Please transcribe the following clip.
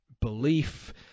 belief